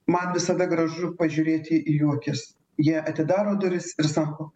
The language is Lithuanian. man visada gražu pažiūrėti į jų akis jie atidaro duris ir sako